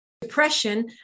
Depression